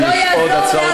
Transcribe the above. ולא יעזור לך ולשכמותך.